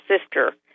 sister